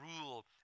rule